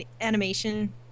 animation